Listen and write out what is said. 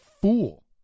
fool